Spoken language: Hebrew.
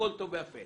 הכול טוב ויפה.